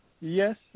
yes